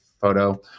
photo